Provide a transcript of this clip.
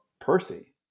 percy